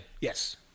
Yes